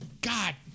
god